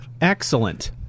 Excellent